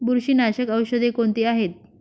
बुरशीनाशक औषधे कोणती आहेत?